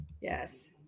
yes